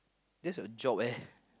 that's your job eh